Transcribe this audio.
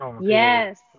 Yes